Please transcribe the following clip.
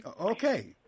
Okay